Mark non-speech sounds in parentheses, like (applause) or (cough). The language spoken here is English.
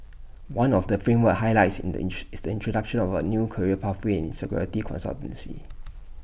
one of the framework's highlights in the (unintelligible) is the introduction of A new career pathway in security consultancy